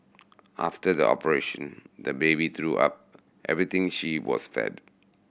after the operation the baby threw up everything she was fed